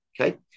okay